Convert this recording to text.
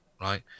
right